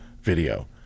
video